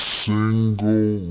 single